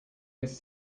this